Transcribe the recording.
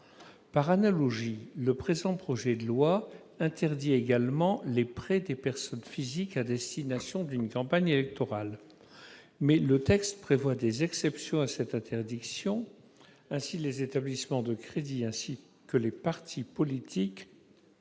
Par analogie, le présent projet de loi interdit également les prêts des personnes physiques à destination d'une campagne électorale. Il prévoit cependant des exceptions à cette interdiction. Ainsi, les établissements de crédit et les partis politiques